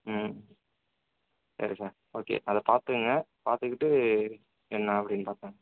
ம் சரி sir okay அதை பார்த்துக்குங்க பார்த்துக்கிட்டு என்ன அப்படின்னு பார்க்கறேன்